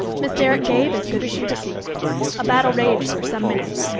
miss derrick gave as good as she received a battle raged for some minutes,